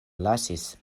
lasis